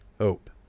hope